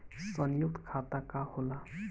सयुक्त खाता का होला?